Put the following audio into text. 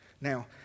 Now